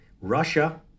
Russia